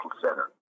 Center